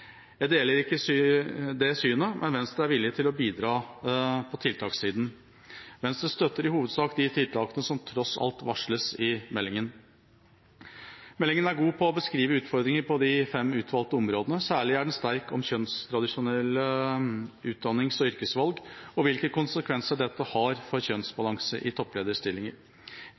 Jeg deler ikke det synet, men Venstre er villig til å bidra på tiltakssiden. Venstre støtter i hovedsak de tiltakene som tross alt varsles i meldinga. Meldinga er god på å beskrive utfordringene på de fem utvalgte områdene. Særlig er den sterk om kjønnstradisjonelle utdannings- og yrkesvalg og hvilke konsekvenser dette har for kjønnsbalanse i topplederstillinger.